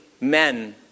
men